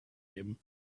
him